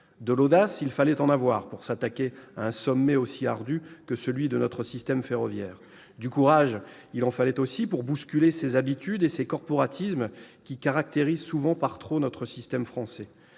De l'audace, il fallait en avoir pour s'attaquer à un sommet aussi ardu que celui de la réforme du système ferroviaire. Du courage, il en fallait aussi pour bousculer ces habitudes et ces corporatismes qui caractérisent trop souvent notre système français.